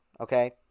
Okay